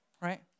right